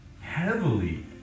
heavily